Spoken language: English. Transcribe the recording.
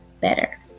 better